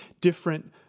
different